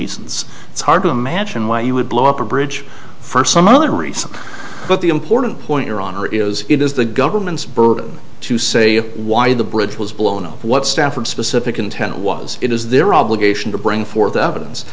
reasons it's hard to imagine why you would blow up a bridge for some other reason but the important point your honor is it is the government's burden to say why the bridge was blown up what stafford specific intent was it is their obligation to bring forth evidence